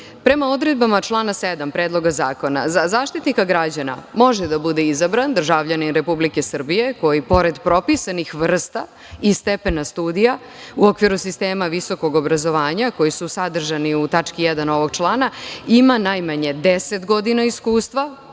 Prema odredbama člana 7. Predloga zakona, za Zaštitnika građana može da bude izabran državljanin Republike Srbije koji, pored propisanih vrsta i stepena studija u okviru sistema visokog obrazovanja koji su sadržani u tački 1. ovog člana, ima najmanje 10 godina iskustva